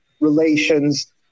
relations